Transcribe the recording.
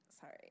Sorry